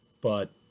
but